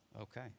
Okay